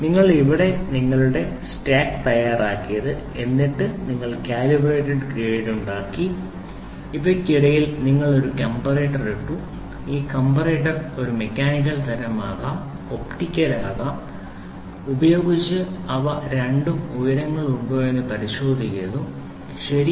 നിങ്ങൾ ഇവിടെ നിങ്ങളുടെ സ്റ്റാക്ക് തയ്യാറാക്കിയത് എന്നിട്ട് നിങ്ങൾ കാലിബ്രേറ്റഡ് ഗ്രേഡ് ഉണ്ടാക്കി ഇവയ്ക്കിടയിൽ നിങ്ങൾ ഒരു കമ്പറേറ്റർ ഇട്ടു ഈ കമ്പറേറ്റർ ഒരു മെക്കാനിക്കൽ തരം ആകാം ഒപ്റ്റിക്കൽ ആകാം ഉപയോഗിച്ച് അവർ രണ്ട് ഉയരങ്ങളും ഉണ്ടോയെന്ന് പരിശോധിക്കുന്നു ശരി